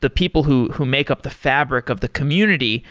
the people who who make up the fabric of the community.